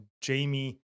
Jamie